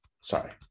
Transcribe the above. sorry